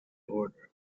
order